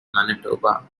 manitoba